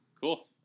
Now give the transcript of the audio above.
cool